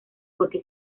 porque